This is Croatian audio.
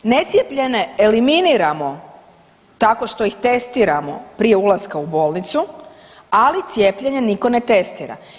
Necijepljene eliminiramo tako što ih testiramo prije ulaska u bolnicu, ali cijepljene nitko ne testira.